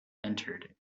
entered